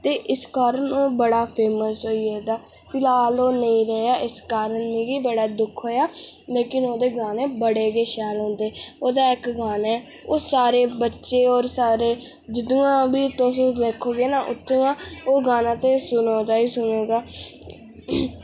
ते इस कारण ओह् बड़ा फेमस होई गेदा फिलहाल ओह् नेईं रेहा इस कारण मिगी बड़ा दुक्ख होआ लेकिन ओह्दे गाने बड़े गै शैल होंदे ओह्दा इक्क गाना ऐ ओह् सारे बच्चें ई होर सारे ईं जित्थुआं बी तुस लंघगे ना ओह् गाना सुनचदा ई सुनचदा ऐ